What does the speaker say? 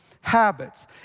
habits